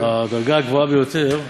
הדרגה הגבוהה ביותר,